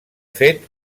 fet